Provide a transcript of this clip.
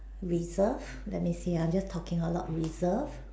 reserve let me see ah I'm just talking out loud reserve